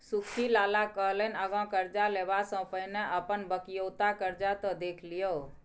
सुख्खी लाला कहलनि आँगा करजा लेबासँ पहिने अपन बकिऔता करजा त देखि लियौ